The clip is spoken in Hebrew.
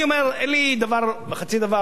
אני אומר שאין לי דבר וחצי דבר,